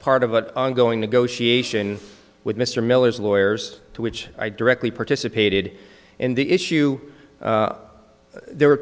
part of what ongoing negotiation with mr miller's lawyers to which i directly participated in the issue there were